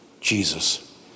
Jesus